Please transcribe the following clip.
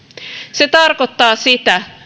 se tarkoittaa sitä